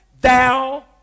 thou